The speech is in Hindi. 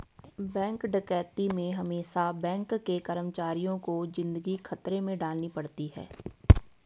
बैंक डकैती में हमेसा बैंक के कर्मचारियों को जिंदगी खतरे में डालनी पड़ती है